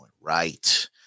right